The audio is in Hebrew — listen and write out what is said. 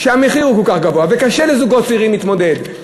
שהמחיר הוא כל כך גבוה וקשה לזוגות צעירים להתמודד,